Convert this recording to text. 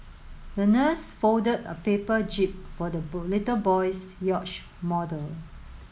the nurse folded a paper jib for the little boy's yacht model